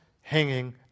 hanging